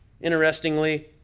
interestingly